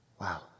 Wow